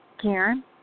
Karen